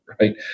right